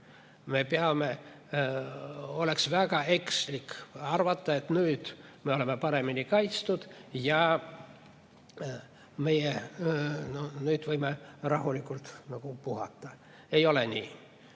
lüli. Oleks väga ekslik arvata, et nüüd me oleme paremini kaitstud ja võime rahulikult puhata. Ei ole nii.